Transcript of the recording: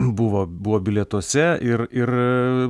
buvo buvo bilietuose ir ir